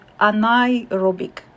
anaerobic